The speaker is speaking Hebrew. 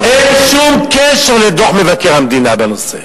אין שום קשר לדוח מבקר המדינה בנושא.